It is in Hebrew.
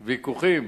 יש ויכוחים